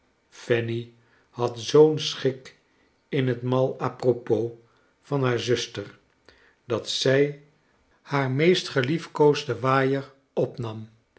fanny had zoo'n schik in het mal a propos van haar zuster dat zij haar meest geliefkoosden waaier opnam